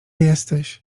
jesteś